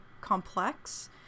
complex